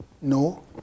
no